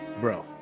bro